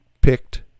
picked